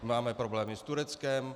Máme problémy s Tureckem.